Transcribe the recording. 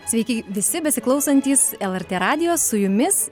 sveiki visi besiklausantys lrt radijo su jumis